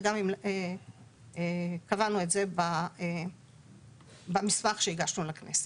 וגם קבענו את זה במסמך שהגשנו לכנסת.